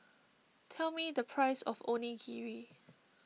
tell me the price of Onigiri